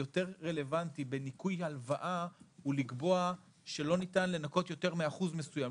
יותר רלוונטי בניכוי הלוואה הוא לקבוע שלא ניתן לנכות יותר מאחוז מסוים,